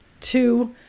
two